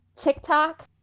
TikTok